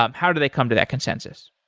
um how do they come to that consensus?